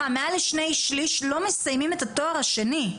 לשני-שליש לא מסיימים את התואר השני.